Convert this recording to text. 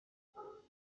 uno